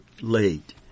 late